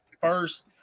first